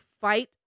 fight